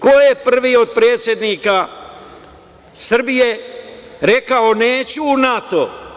Ko je prvi od predsednika Srbije rekao – neću u NATO?